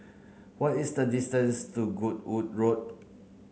what is the distance to Goodwood Road